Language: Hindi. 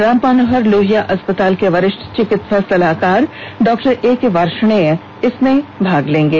राम मनोहर लोहिया अस्पताल के वरिष्ठ चिकित्सा सलाहकार डॉ एके वार्षणेय इस चर्चा में भाग लेंगे